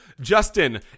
Justin